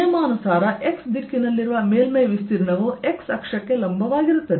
ನಿಯಮಾನುಸಾರ x ದಿಕ್ಕಿನಲ್ಲಿರುವ ಮೇಲ್ಮೈ ವಿಸ್ತೀರ್ಣವು x ಅಕ್ಷಕ್ಕೆ ಲಂಬವಾಗಿರುತ್ತದೆ